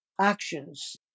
actions